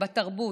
בתרבות,